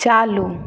चालू